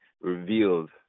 revealed